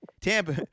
Tampa